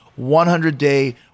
100-day